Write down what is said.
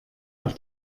auf